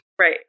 Right